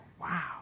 Wow